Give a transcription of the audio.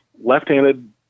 left-handed